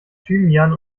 thymian